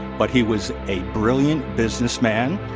but he was a brilliant businessman,